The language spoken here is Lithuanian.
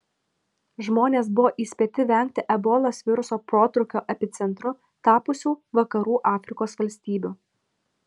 žmonės buvo įspėti vengti ebolos viruso protrūkio epicentru tapusių vakarų afrikos valstybių